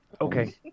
Okay